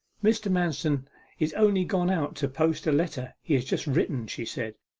mr. manston is only gone out to post a letter he has just written she said,